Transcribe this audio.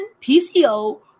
PCO